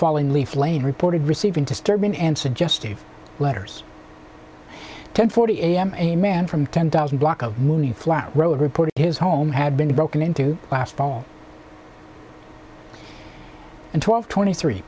falling leaf lane reported receiving disturbing and suggestive letters ten forty a m a man from ten thousand block of moonflower road reported his home had been broken into last fall and twelve twenty three